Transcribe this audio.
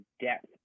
depth